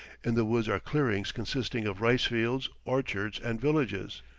in the woods are clearings consisting of rice-fields, orchards, and villages.